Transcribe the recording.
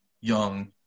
young